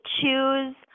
choose